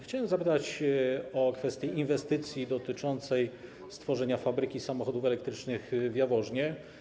Chciałbym zapytać o kwestię inwestycji dotyczącej stworzenia fabryki samochodów elektrycznych w Jaworznie.